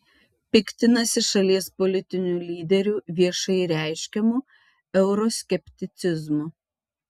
piktinasi šalies politinių lyderių viešai reiškiamu euroskepticizmu